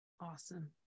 Awesome